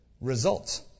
Results